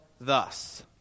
thus